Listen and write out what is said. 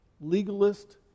legalist